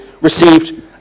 received